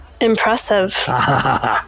Impressive